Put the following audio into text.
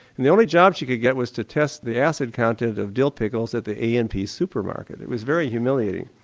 and the only job she could get was to test the acid content of dill pickles at the a and p supermarket, it was very humiliating.